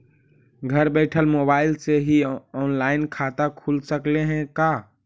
घर बैठल मोबाईल से ही औनलाइन खाता खुल सकले हे का?